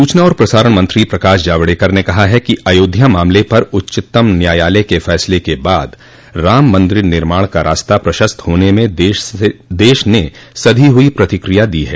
सूचना और प्रसारण मंत्री प्रकाश जावड़ेकर ने कहा है कि अयोध्या मामले पर उच्चतम न्यायालय के फैसले के बाद राम मंदिर निर्माण का रास्ता प्रशस्त हाने में देश ने सधी हुई प्रतिक्रिया दी है